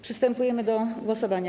Przystępujemy do głosowania.